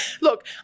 Look